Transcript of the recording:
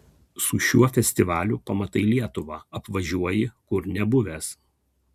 su šiuo festivaliu pamatai lietuvą apvažiuoji kur nebuvęs